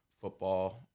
football